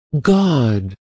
God